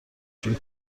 شویی